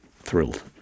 thrilled